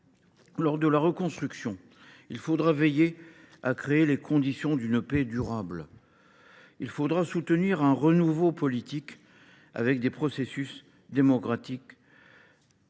cours de la reconstruction, il faudra veiller à créer les conditions d’une paix durable et à soutenir un renouveau politique fondé sur des processus démocratiques